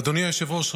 אדוני היושב-ראש,